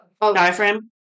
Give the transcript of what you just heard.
Diaphragm